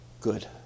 Good